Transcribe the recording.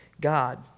God